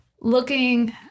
looking